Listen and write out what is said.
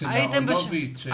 אצל אהרונוביץ.